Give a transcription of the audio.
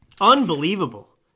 Unbelievable